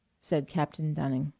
said captain dunning.